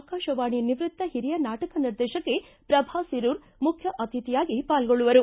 ಆಕಾಶವಾಣಿ ನಿವ್ಯಕ್ತ ಹಿರಿಯ ನಾಟಕ ನಿರ್ದೇಶಕಿ ಪ್ರಭಾ ಸಿರೂರ ಮುಖ್ಯ ಅತಿಥಿಯಾಗಿ ಪಾಲ್ಗೊಳ್ಳುವರು